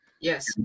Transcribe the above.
Yes